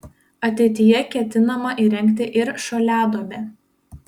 ateityje ketinama įrengti ir šuoliaduobę